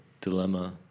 Dilemma